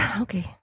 Okay